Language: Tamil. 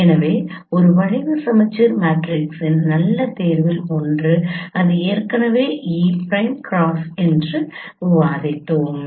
எனவே ஒரு வளைவு சமச்சீர் மேட்ரிக்ஸின் நல்ல தேர்வில் ஒன்று அது ஏற்கனவே e பிரைம் கிராஸ் என்று விவாதித்தோம்